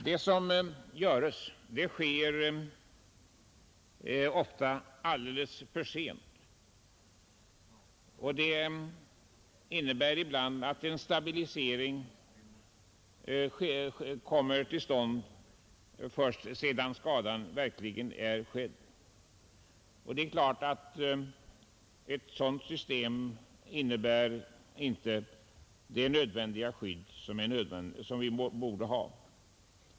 Insatser sätts ofta in alldeles för sent, vilket innebär att en stabilisering kommer till stånd först sedan skadan är skedd. Ett sådant system ger inte" det nödvändiga skydd som vi borde ha.